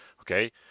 okay